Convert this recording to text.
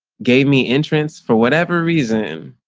gave me insurance for whatever reason,